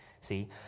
See